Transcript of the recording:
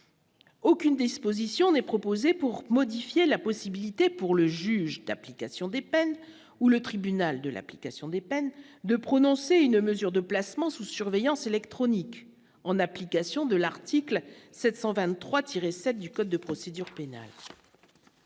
aucune disposition n'est proposée pour modifier la possibilité pour le juge d'application des peines ou le tribunal de l'application des peines de prononcer une mesure de placement sous surveillance électronique, en application de l'article 723 tiré 7 du code de procédure pénale,